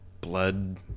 blood